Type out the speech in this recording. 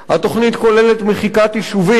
התוכנית כוללת מחיקת יישובים,